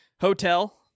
Hotel